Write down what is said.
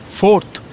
fourth